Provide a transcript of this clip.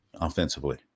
offensively